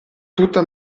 tutta